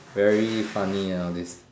very funny ah all these